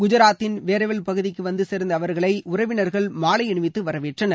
குஜராத்தின் வேரவல் பகுதிக்கு வந்துசே்ந்த அவர்களை உறவினர்கள் மாலை அணிவித்து வரவேற்றனர்